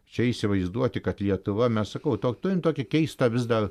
čia įsivaizduoti kad lietuva mes sakau to turint tokį keistą vis dar